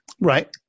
Right